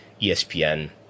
ESPN